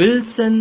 Wilson